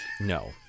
No